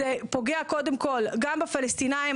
זה פוגע קודם כל גם בפלסטינים,